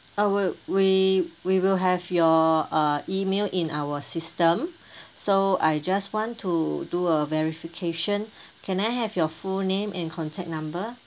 I'll we we will have your uh email in our system so I just want to do a verification can I have your full name and contact number